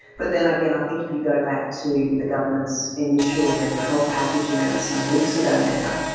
but then again, i think if you go back to the government's initial mental health package announced some weeks ago now,